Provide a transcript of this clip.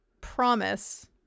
promise